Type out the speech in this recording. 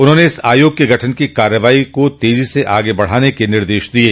उन्होंने इस आयोग के गठन की कार्रवाई को तेजी से आगे बढ़ाने के निर्देश दिये